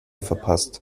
verpasst